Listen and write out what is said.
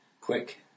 quick